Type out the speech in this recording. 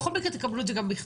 בכל מקרה תקבלו את זה גם בכתב.